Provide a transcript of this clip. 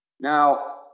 Now